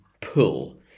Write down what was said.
pull